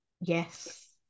yes